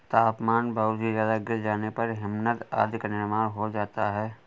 तापमान बहुत ही ज्यादा गिर जाने पर हिमनद आदि का निर्माण हो जाता है